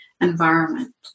environment